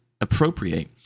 appropriate